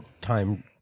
time